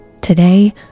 Today